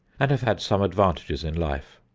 and have had some advantages in life.